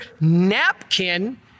napkin